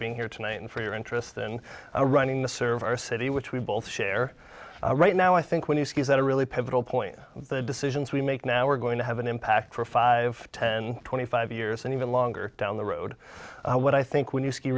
being here tonight and for your interest and a running the serve our city which we both share right now i think when you see is that a really pivotal point the decisions we make now we're going to have an impact for five ten twenty five years and even longer down the road what i think when you s